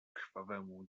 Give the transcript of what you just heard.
krwawemu